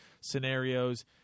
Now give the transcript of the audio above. scenarios